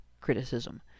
criticism